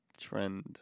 trend